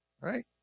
Right